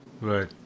Right